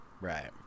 right